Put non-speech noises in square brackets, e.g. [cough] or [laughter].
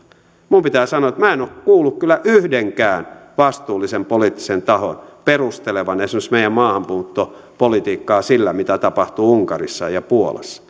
minun pitää sanoa että minä en ole ole kuullut kyllä yhdenkään vastuullisen poliittisen tahon perustelevan esimerkiksi meidän maahanmuuttopolitiikkaa sillä mitä tapahtuu unkarissa ja puolassa [unintelligible]